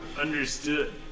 Understood